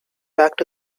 backed